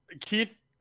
Keith